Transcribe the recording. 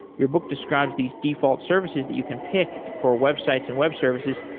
your book describes these default services that you can pick for websites and web services.